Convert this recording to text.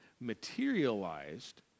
materialized